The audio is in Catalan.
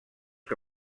que